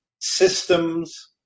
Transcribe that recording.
systems